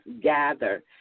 gather